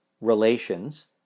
relations